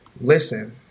listen